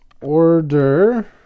order